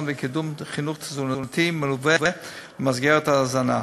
וקידום חינוך תזונתי מלווה למסגרת ההזנה.